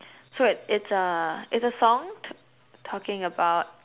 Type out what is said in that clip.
so it it's uh it's a song talk talking about